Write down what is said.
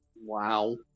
Wow